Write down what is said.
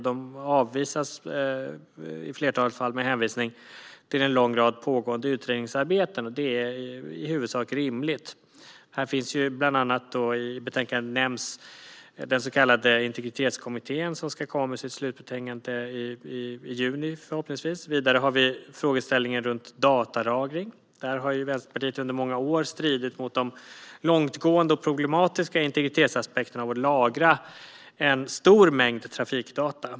De avvisas i flertalet fall med hänvisning till en lång rad pågående utredningsarbeten, vilket i huvudsak är rimligt. I betänkandet nämns bland annat den så kallade Integritetskommittén, som ska komma med sitt slutbetänkande i juni. Vidare har vi frågeställningen om datalagring. Där har Vänsterpartiet under många år stridit mot de långtgående och problematiska integritetsaspekterna av att lagra en stor mängd trafikdata.